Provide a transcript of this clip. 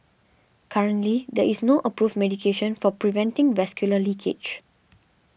currently there is no approved medication for preventing vascular leakage